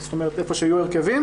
זאת אומרת איפה שהיו הרכבים,